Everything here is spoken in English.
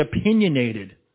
opinionated